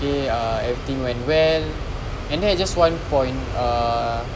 okay ah everything went well and then at this one point ah